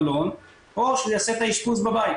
מלון או שהוא יעשה את האשפוז בבית.